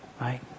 right